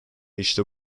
işte